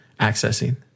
accessing